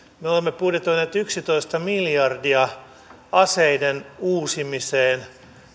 me olemme budjetoineet yksitoista miljardia aseiden uusimiseen